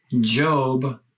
job